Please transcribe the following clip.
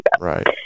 right